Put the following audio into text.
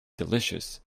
delicious